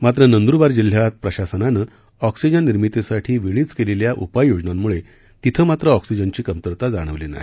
मात्र नंद्रबार जिल्ह्यात प्रशासनानं ऑक्सिजन निर्मितीसाठी वेळीच केलेल्या उपाययोजनांम्ळे तिथं मात्र ऑक्सिजनची कमतरता जाणवली नाही